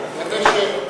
חבר הכנסת מוזס,